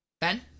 Ben